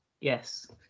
yes